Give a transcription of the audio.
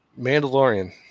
Mandalorian